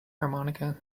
harmonica